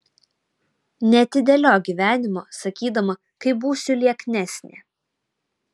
neatidėliok gyvenimo sakydama kai būsiu lieknesnė